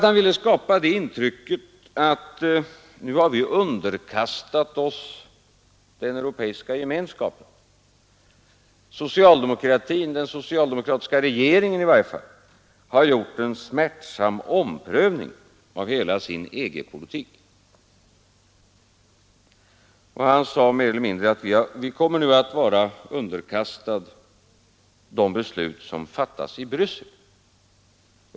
Han ville skapa intrycket att nu har vi underkastat oss den europeiska gemenskapen. Socialdemokratin — den socialdemokratiska regeringen i varje fall — har gjort en smärtsam omprövning av hela sin EG-politik. Han sade mer eller mindre att vi kommer nu att vara underkastade de beslut som fattas i Bryssel.